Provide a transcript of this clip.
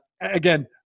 again